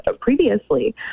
Previously